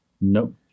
Nope